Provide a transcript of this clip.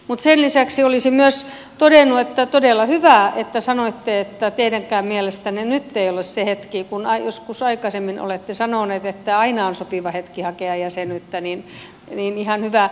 mutta sen lisäksi olisin myös todennut että todella hyvä että sanoitte että teidänkään mielestänne nyt ei ole se hetki kun joskus aikaisemmin olette sanonut että aina on sopiva hetki hakea jäsenyyttä ihan hyvä